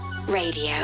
Radio